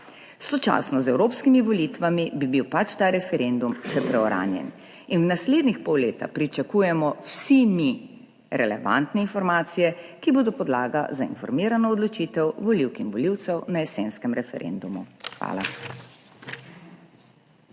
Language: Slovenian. Sočasno z evropskimi volitvami bi bil pač ta referendum še preuranjen in v naslednjega pol leta pričakujemo mi vsi relevantne informacije, ki bodo podlaga za informirano odločitev volivk in volivcev na jesenskem referendumu. Hvala.